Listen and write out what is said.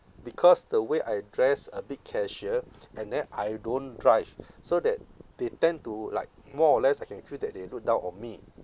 because the way I dress a bit casual and then I don't drive so that they tend to like more or less I can feel that they look down on me